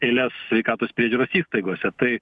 eiles sveikatos priežiūros įstaigose tai